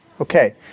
Okay